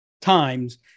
times